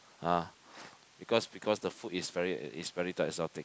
ah because because the food is very is very thing